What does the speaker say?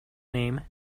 name